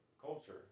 culture